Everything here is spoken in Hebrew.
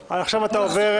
אני רוצה לחדש את הישיבה.